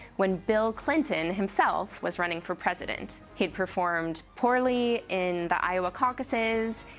when bill clinton, himself, was running for president. he performed poorly in the iowa caucuses.